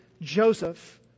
Joseph